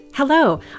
Hello